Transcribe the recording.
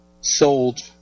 sold